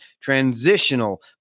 transitional